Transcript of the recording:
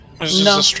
No